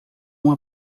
uma